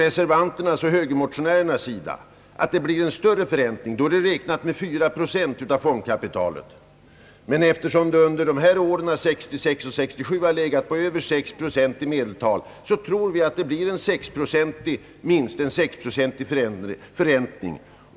Reservanterna och högermotionärerna tror att det blir större förräntning. Man har räknat med 4 procent av fondkapitalet, men eftersom räntan under åren 1966 och 1967 i medeltal legat på över 6 procent, tror vi att det blir minst en 6-procentig förräntning.